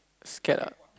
scared ah